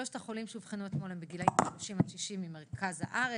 שלושת החולים שאובחנו אתמול הם בגילים 30 עד 60 ממרכז הארץ.